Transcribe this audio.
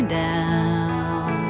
down